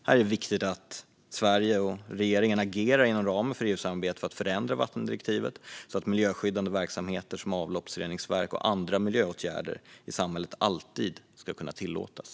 Här är det viktigt att Sverige och regeringen agerar inom ramen för EU-samarbetet för att förändra vattendirektivet så att miljöskyddande verksamheter som avloppsreningsverk och andra miljöåtgärder i samhället alltid ska kunna tillåtas.